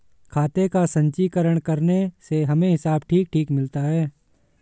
खाते का संचीकरण करने से हमें हिसाब ठीक ठीक मिलता है